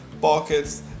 Pockets